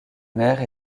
mère